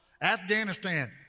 Afghanistan